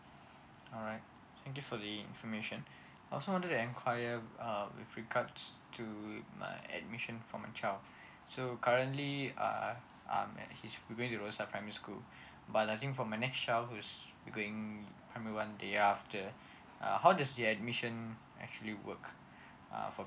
alright thank you for the information also I wanted to enquire um with regards to my admission for my child so currently uh um at his roadside primary school but I think for my next child who is going primary one day after how does the admission um actually work uh